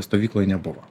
stovykloj nebuvo